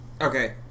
Okay